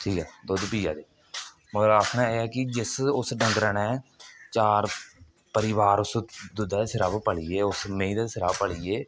ठीक ऐ दुद्ध पियै दे मगर आखना एह् ऐ कि जिस उस डंगरै ने चार परिवार उस दुद्धै दे सिरे उप्पर पली गे उस मेहीं दे सिरै उप्पर पली गे क्या